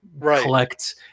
collect